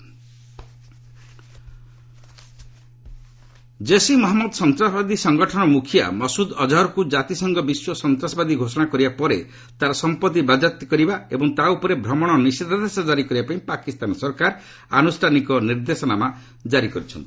Pak Azhar assets Jaish Mohammed ସନ୍ତାସବାଦୀ ସଙ୍ଗଠନର ମୁଖିଆ ମସୁଦ୍ ଅଜ୍ହର୍କୁ ଜାତିସଂଘ ବିଶ୍ୱ ସନ୍ତାସବାଦୀ ଘୋଷଣା କରିବା ପରେ ତା'ର ସମ୍ପତ୍ତି ବାଜ୍ୟାପ୍ତି କରିବା ଏବଂ ତା' ଉପରେ ଭ୍ରମଣ ନିଷେଧାଦେଶ ଜାରି କରିବାପାଇଁ ପାକିସ୍ତାନ ସରକାର ଆନୁଷ୍ଠାନିକ ନିର୍ଦ୍ଦେଶନାମା ଜାରି କରିଛନ୍ତି